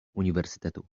uniwersytetu